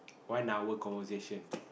one hour conversation